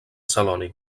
celoni